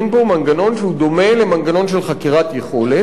מנגנון שדומה למנגנון של חקירת יכולת,